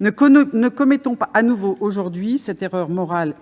Ne commettons pas, de nouveau, cette erreur morale